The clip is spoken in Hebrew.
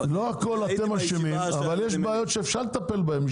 לא בהכל אתם אשמים, אבל יש בעיות שאפשר לטפל בהן.